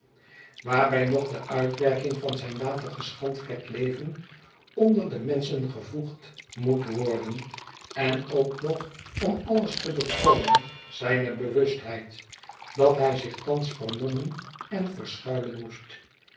waarbij nog de uitwerking van zijn later geschandvlekt leven onder de menschen gevoegd moet worden en ook nog om alles te bekronen zijne bewustheid dat hij zich thans vermommen en verschuilen moest